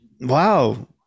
wow